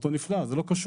אוטו נפלא, זה לא קשור.